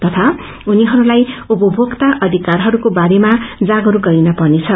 तथा उनीहरूलाई उपभोक्तस अषिकारहरूको बारेमा जागरूक गरिन पर्नेछ